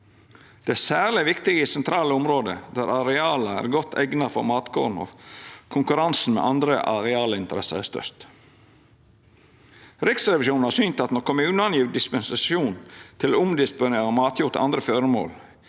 Det er særleg viktig i sentrale område, der arealet er godt eigna for matkorn og konkurransen med andre arealinteresser er størst. Riksrevisjonen har synt at når kommunane gjev dispensasjon til å omdisponera matjord til andre føremål,